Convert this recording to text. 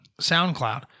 Soundcloud